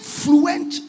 fluent